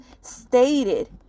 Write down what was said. stated